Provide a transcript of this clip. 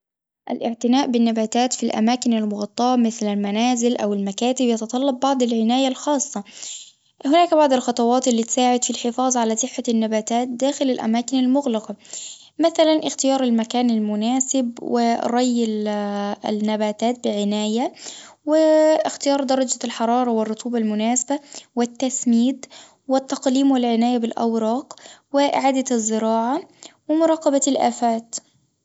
الاعتناء بالنباتات في الأماكن المغطاة مثل المنازل أو المكاتب يتطلب بعض العناية الخاصة، هناك بعض الخطوات اللي تساعد في الحفاظ على صحة النباتات داخل الأماكن المغلقة، مثلاً اختيار المكان المناسب وري النباتات بعناية واختيار درجة الحرارة والرطوبة المناسبة والتسنيد والتقليم والعناية بالأوراق وإعادة الزراعة ومراقبة الآفات.